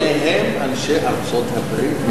שניהם אנשי ארצות-הברית.